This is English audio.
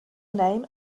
name